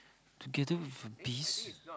together with a beast